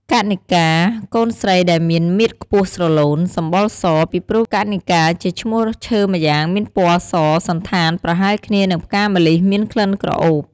កណិការ កូនស្រីដែលមានមាឌខ្ពស់ស្រឡូន សម្បុរស ពីព្រោះកណិការ ជាឈ្មោះឈើម្យ៉ាងមានពណ៌សសណ្ឋានប្រហែលគ្នានឹងផ្កាម្លិះមានក្លិនក្រអូប។